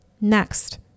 Next